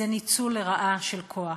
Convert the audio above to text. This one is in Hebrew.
זה ניצול לרעה של כוח.